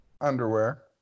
underwear